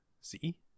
see